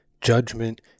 judgment